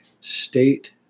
state